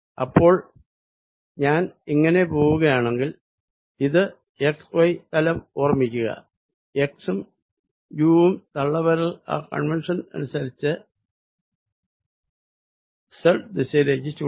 അപ്പോൾ ഞാൻ ഇങ്ങനെ പോകുകയാണെങ്കിൽ ഇത് x y തലം ഓർമ്മിക്കുക x ഉം യു ഉം തള്ളവിരൽ ആ കൺവെൻഷൻ അനുസ്സരിച്ച് z ദിശയിലേക്ക് ചൂണ്ടുന്നു